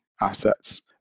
assets